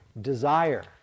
desire